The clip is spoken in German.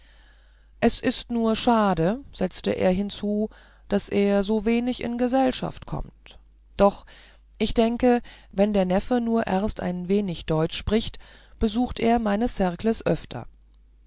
es ist nur schade setzte er hinzu daß er so wenig in gesellschaft kommt doch ich denke wenn der neffe nur erst ein wenig deutsch spricht besucht er meine cercles öfter